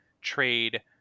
trade